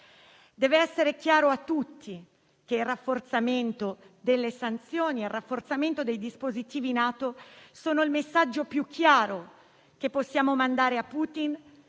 Deve essere chiaro a tutti che il rafforzamento delle sanzioni e il rafforzamento dei dispositivi NATO sono il messaggio più chiaro che possiamo mandare a Putin